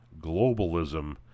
Globalism